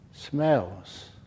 Smells